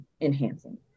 enhancing